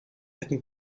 hätten